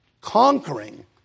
conquering